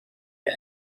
get